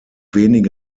wenige